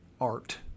art